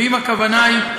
ואם הכוונה היא,